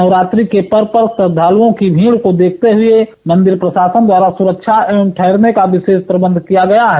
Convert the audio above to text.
नवरात्रि के पर्व पर श्रद्धालुओं को भीड़ को देखते हुए मंदिर प्रशासन द्वारा सुरक्षा एवं ठहरने का विशेष प्रबंध किया गया है